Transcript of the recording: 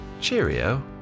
cheerio